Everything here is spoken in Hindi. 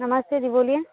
नमस्ते जी बोलिए